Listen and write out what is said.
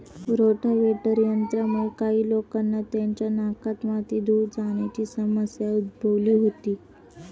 rotavator यंत्रामुळे काही लोकांना त्यांच्या नाकात माती, धूळ जाण्याची समस्या उद्भवली होती